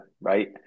right